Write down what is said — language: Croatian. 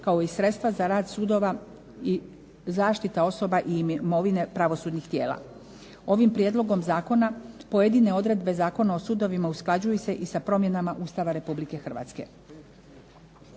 kao i sredstva za rad sudova zaštita osoba i imovine pravosudnih tijela. Ovim prijedlogom zakona pojedine odredbe Zakona o sudovima usklađuju se i sa promjenama Ustava Republike Hrvatske.